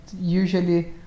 usually